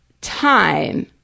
time